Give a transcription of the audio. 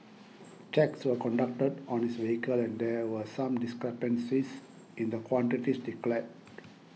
checks were conducted on his vehicle and there were some discrepancies in the quantities declared